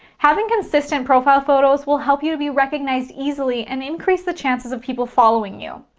having consistent profile photos will help you to be recognized easily and increase the chances of people following you.